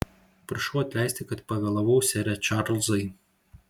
prašau atleisti kad pavėlavau sere čarlzai